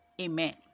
Amen